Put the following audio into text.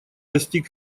достиг